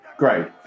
Great